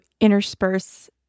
intersperse